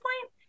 point